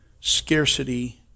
scarcity